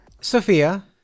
Sophia